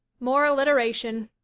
more alliteration.